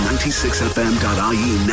96FM.ie